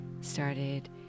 started